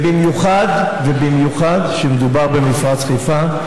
ובמיוחד כשמדובר במפרץ חיפה,